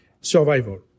survival